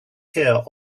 here